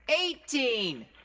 eighteen